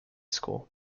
school